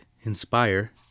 inspire